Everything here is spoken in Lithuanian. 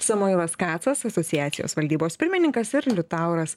samoilas kacas asociacijos valdybos pirmininkas ir liutauras